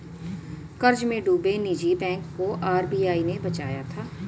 कर्ज में डूबे निजी बैंक को आर.बी.आई ने बचाया था